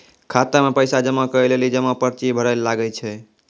खाता मे पैसा जमा करै लेली जमा पर्ची भरैल लागै छै